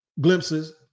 glimpses